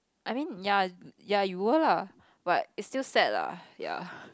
I mean ya ya you were lah but it's still sad lah ya